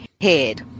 head